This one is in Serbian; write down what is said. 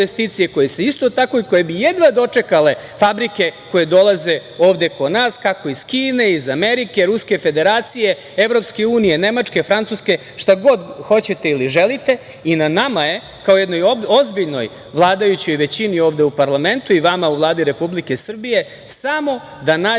bore za investicije i koje bi jedva dočekale fabrike koje dolaze ovde kod nas, kako iz Kine, iz Amerike, Ruske Federacije, Evropske unije, Nemačke, Francuske, šta god hoćete ili želite. Na nama je, kao jednoj ozbiljnoj vladajućoj većini ovde u parlamentu i vama u Vladi Republike Srbije, samo da nađemo